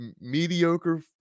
mediocre